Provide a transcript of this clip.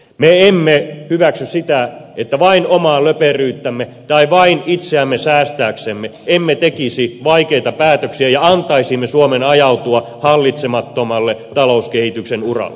me emme hyväksy sitä että vain omaa löperyyttämme tai vain itseämme säästääksemme emme tekisi vaikeita päätöksiä ja antaisimme suomen ajautua hallitsemattomalle talouskehityksen uralle